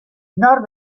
nord